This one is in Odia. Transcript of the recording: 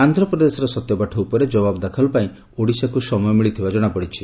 ଆନ୍ଧ୍ରପ୍ରଦେଶର ସତ୍ୟପାଠ ଉପରେ ଜବାବ ଦାଖଲ ପାଇଁ ଓଡ଼ିଶାକୁ ସମୟ ମିଳିଥିବା ଜଣାପଡିଛି